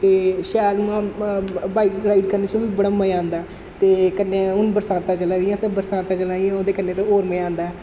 ते शैल उ'आं बाइक राइड करने च बी बड़ा मजा औंदा ते कन्नै हून बरसांतां चला दियां ते बरसांतां चला दियां ओह्दे कन्नै ते होर मजा औंदा ऐ